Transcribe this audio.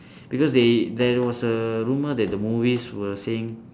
because they there was a rumour that the movie was saying